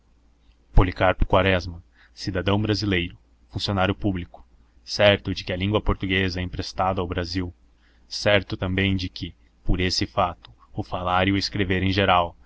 policarpo quaresma cidadão brasileiro funcionário público certo de que a língua portuguesa é emprestada ao brasil certo também de que por esse fato o falar e o escrever em geral